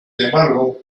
embargo